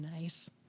nice